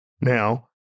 now